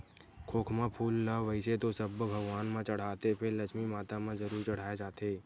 खोखमा फूल ल वइसे तो सब्बो भगवान म चड़हाथे फेर लक्छमी माता म जरूर चड़हाय जाथे